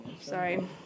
Sorry